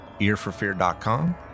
earforfear.com